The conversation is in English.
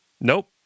Nope